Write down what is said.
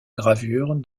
gravure